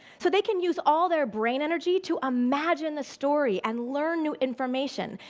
so they can use all their brain energy to imagine the story and learn new information.